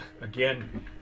again